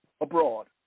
abroad